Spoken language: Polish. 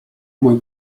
mój